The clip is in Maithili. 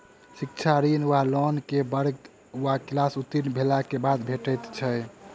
शिक्षा ऋण वा लोन केँ वर्ग वा क्लास उत्तीर्ण भेलाक बाद भेट सकैत छी?